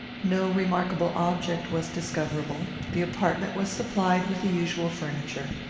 no remarkable object was discoverable. the apartment was supplied with the usual furniture.